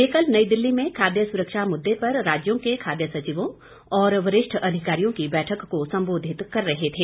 वे कल नई दिल्ली में खाद्य सुरक्षा मुद्दे पर राज्यों के खाद्य सचिवों और वरिष्ठ अधिकारियों की बैठक को संबोधित कर रहे थे